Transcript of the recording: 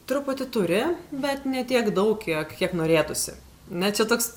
truputį turi bet ne tiek daug kiek kiek norėtųsi na čia toks